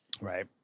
Right